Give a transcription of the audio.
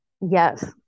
Yes